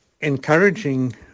Encouraging